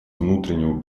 внутреннего